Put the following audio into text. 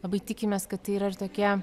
labai tikimės kad tai yra ir tokie